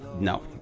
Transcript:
no